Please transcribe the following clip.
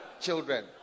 children